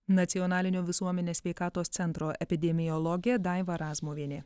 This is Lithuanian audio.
nacionalinio visuomenės sveikatos centro epidemiologė daiva razmuvienė